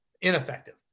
ineffective